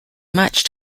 much